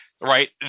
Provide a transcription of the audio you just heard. right